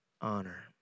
honor